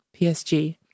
PSG